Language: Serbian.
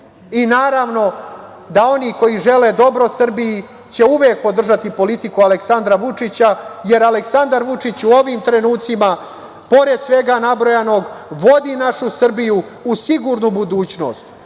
i, naravno, da oni koji žele dobro Srbiji će uvek podržati politiku Aleksandra Vučića, jer Aleksandar Vučić uvek u ovim trenucima, pored svega nabrojanog, vodi našu Srbiju u sigurnu budućnost,